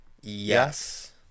Yes